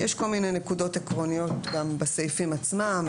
יש כל מיני נקודות עקרוניות גם בסעיפים עצמם,